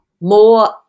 more